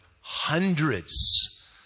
hundreds